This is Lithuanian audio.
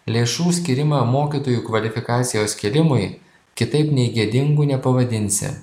lėšų skyrimą mokytojų kvalifikacijos kėlimui kitaip nei gėdingu nepavadinsi